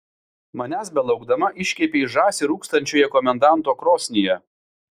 manęs belaukdama iškepei žąsį rūkstančioje komendanto krosnyje